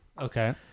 Okay